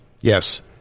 Yes